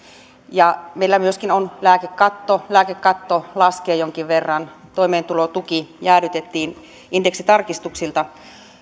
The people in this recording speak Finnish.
ja meillä on myöskin lääkekatto lääkekatto laskee jonkin verran toimeentulotuki jäädytettiin indeksitarkistuksilta